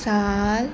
ਸਾਲ